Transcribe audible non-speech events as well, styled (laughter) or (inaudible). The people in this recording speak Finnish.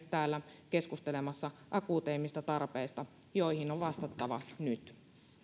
(unintelligible) täällä keskustelemassa akuuteimmista tarpeista joihin on vastattava nyt